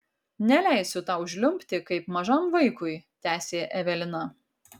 neleisiu tau žliumbti kaip mažam vaikui tęsė evelina